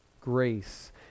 grace